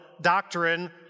doctrine